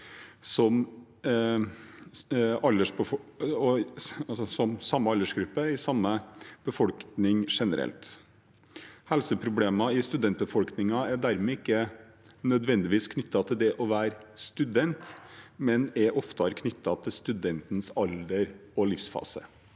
som sam me aldersgruppe i befolkningen generelt. Helseproblemer i studentbefolkningen er dermed ikke nødvendigvis knyttet til det å være student, men er oftere knyttet til studentenes alder og livsfase.